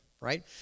right